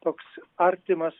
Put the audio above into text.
toks artimas